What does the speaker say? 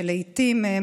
שלעיתים הם